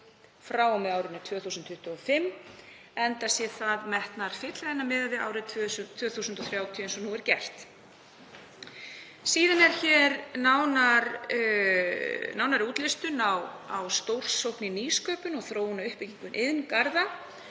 frá og með árinu 2025 enda sé það metnaðarfyllra en að miða við árið 2030 eins og nú er gert. Síðan er hér nánari útlistun á stórsókn í nýsköpun og þróun og uppbyggingu iðngarða.